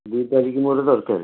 ଦୁଇ ତାରିଖ ମୋର ଦରକାର